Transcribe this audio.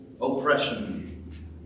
oppression